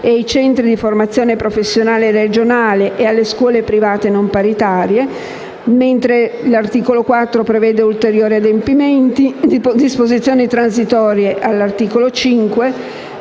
ai centri di formazione professionale regionale e alle scuole private non paritarie. L'articolo 4 reca ulteriori adempimenti, l'articolo 5 disposizioni transitorie, l'articolo 6